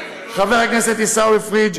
חבר הכנסת עיסאווי פריג'.